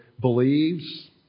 believes